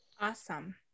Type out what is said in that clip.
awesome